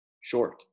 short